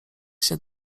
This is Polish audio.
się